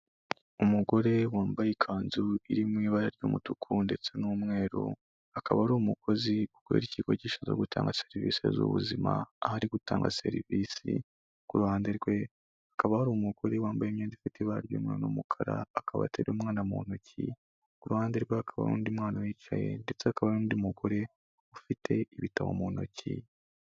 Umugore wambaye ikanzu iri mu ibara ry'umutuku ndetse n'umweru, akaba ari umukozi ukorera ikigo gishinzwe gutanga serivisi z'ubuzima aho ari gutanga serivisi, ku ruhande rwe hakaba hari umugore wambaye imyenda ifite ibara ry'umweru n'umukara akaba ateruye umwana mu ntoki, ku ruhande hakaba n'undi mwana uhicaye ndetse hakaba hari n'undi mugore ufite ibitabo mu ntoki.